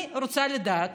אני רוצה לדעת